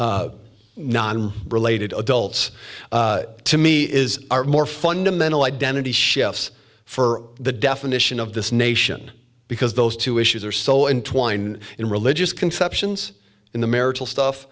adults non related adults to me is more fundamental identity chefs for the definition of this nation because those two issues are so entwined in religious conceptions in the marital stuff